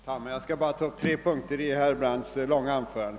Herr talman! Jag skall bara ta upp tre punkter i herr Brandts långa anförande.